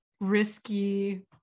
risky